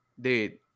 Dude